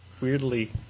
weirdly